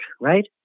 right